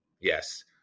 Yes